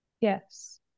yes